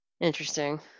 interesting